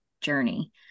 journey